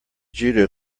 judo